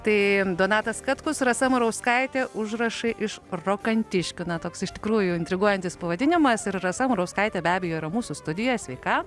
tai donatas katkus rasa murauskaitė užrašai iš rokantiškių na toks iš tikrųjų intriguojantis pavadinimas ir rasa murauskaitė be abejo yra mūsų studijo sveika